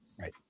Right